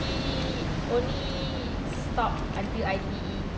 he only stop until I_T_E